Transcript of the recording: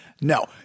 No